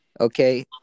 Okay